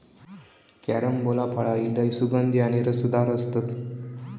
carambola फळा ही लय सुगंधी आणि रसदार असतत